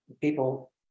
people